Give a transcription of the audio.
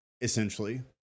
essentially